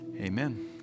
Amen